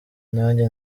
nanjye